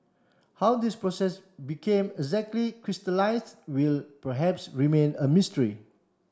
how this process became exactly crystallised will perhaps remain a mystery